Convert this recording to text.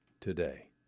today